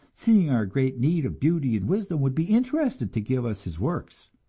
seeing our great need of beauty and wisdom, would be interested to give us his works!